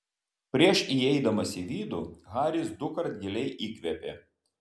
prieš įeidamas į vidų haris dukart giliai įkvėpė